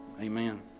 Amen